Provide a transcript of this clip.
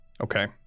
okay